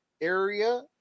area